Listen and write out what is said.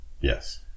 Yes